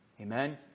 Amen